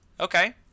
Okay